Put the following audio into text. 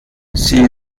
sie